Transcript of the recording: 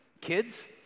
Kids